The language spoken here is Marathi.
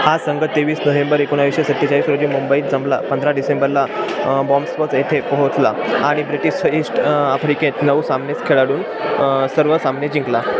हा संघ तेवीस नोहेंबर एकोणाविशे सत्तेचाळीस रोजी मुंबईत जमला पंधरा डिसेंबरला बॉम्सच येथे पोहोचला आणि ब्रिटिश ईस्ट आफ्रिकेत नऊ सामने खेळून सर्व सामने जिंकला